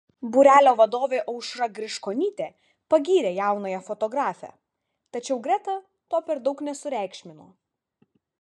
būrelio vadovė aušra griškonytė pagyrė jaunąją fotografę tačiau greta to per daug nesureikšmino